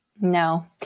No